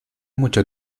mucho